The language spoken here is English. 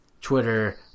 Twitter